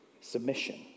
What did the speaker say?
submission